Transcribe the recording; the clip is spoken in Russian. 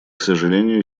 сожалению